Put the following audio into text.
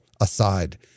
aside